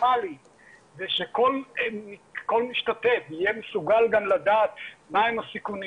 מינימלי ושכל משתתף יהיה מסוגל גם לדעת מה הם הסיכונים,